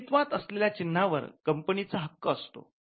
अस्तित्वात असलेल्या चिन्हावर कंपनीचा हक्क असतो